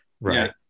right